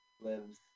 lives